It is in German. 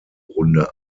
runde